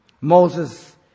Moses